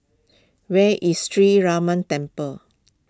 where is Sree Ramar Temple